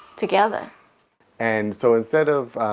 together and so instead of,